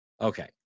Okay